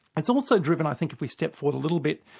it's also driven i think if we step forward a little bit,